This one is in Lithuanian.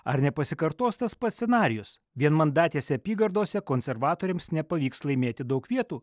ar nepasikartos tas pats scenarijus vienmandatėse apygardose konservatoriams nepavyks laimėti daug vietų